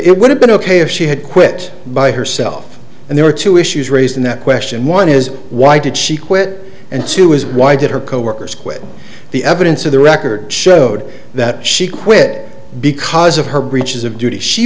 would have been ok if she had quit by herself and there are two issues raised in that question one is why did she quit and she was why did her coworkers quit the evidence of the record showed that she quit because of her breaches of duty she